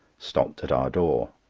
stopped at our door.